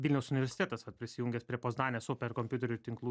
vilniaus universitetas vat prisijungęs prie poznanės superkompiuterių tinklų